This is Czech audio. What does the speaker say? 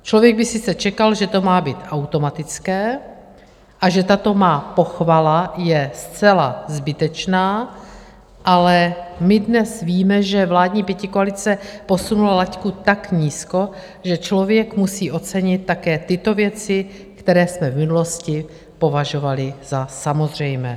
Člověk by sice čekal, že to má být automatické a že tato má pochvala je zcela zbytečná, ale my dnes víme, že vládní pětikoalice posunula laťku tak nízko, že člověk musí ocenit také tyto věci, které jsme v minulosti považovali za samozřejmé.